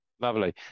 lovely